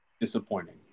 disappointing